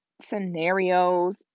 scenarios